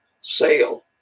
sale